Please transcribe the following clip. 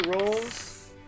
rolls